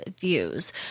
views